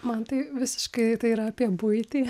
man tai visiškai tai yra apie buitį